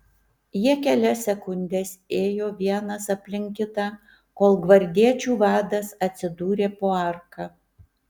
jie kelias sekundes ėjo vienas aplink kitą kol gvardiečių vadas atsidūrė po arka